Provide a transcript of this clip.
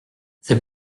c’est